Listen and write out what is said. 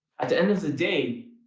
at the end of the day,